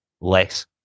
less